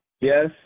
Yes